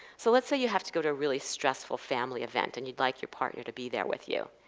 so let's say you have to go to a really stressful family event, and you'd like your partner to be there with you.